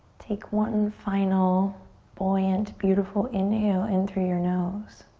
take one final buoyant beautiful inhale in through your nose.